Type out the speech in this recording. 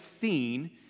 seen